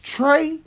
Trey